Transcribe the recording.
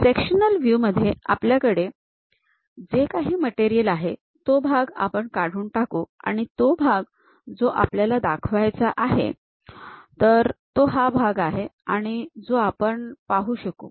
sectional view मध्ये आपल्याकडे जे काही मटेरियल आहे तो भाग आपण काढून टाकू आणि तो भाग जो आपल्याला दाखवायचा आहे तर तो हा भाग आहे जो आपण पाहू शकू